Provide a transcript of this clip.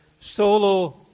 solo